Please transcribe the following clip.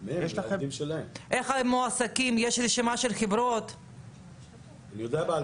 תבדקו איך אותה חברה היא גם יבואן